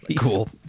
Cool